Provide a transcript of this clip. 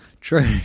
True